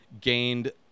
gained